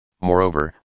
moreover